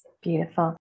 Beautiful